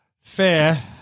Fair